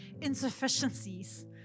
insufficiencies